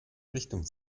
richtung